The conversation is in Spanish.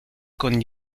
con